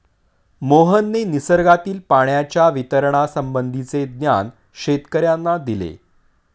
मोहनने निसर्गातील पाण्याच्या वितरणासंबंधीचे ज्ञान शेतकर्यांना दिले